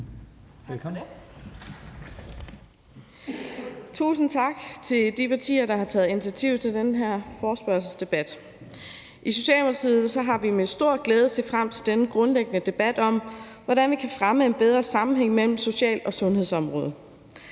Tak for det.